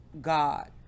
God